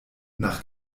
nach